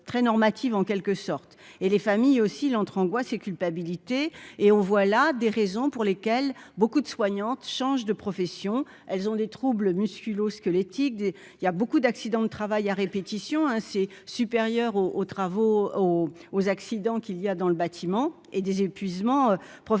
très normatives en quelque sorte et les familles oscillent entre angoisse et culpabilité et on voit là des raisons pour lesquelles beaucoup de soignante change de profession, elles ont des troubles musculo-squelettiques des il y a beaucoup d'accidents de travail à répétition, hein, c'est supérieur au aux travaux aux aux accidents qu'il y a dans le bâtiment et des épuisement professionnel,